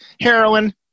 heroin